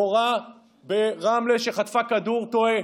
מורה ברמלה שחטפה כדור תועה.